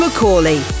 McCauley